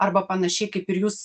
arba panašiai kaip ir jūs